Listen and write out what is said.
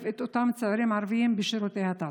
את אותם צעירים ערבים בשירותי התעסוקה?